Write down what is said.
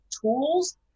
tools